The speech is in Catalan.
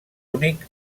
únic